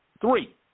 Three